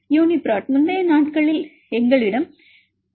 UniProt முந்தைய நாட்களில் எங்களிடம் பி